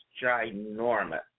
ginormous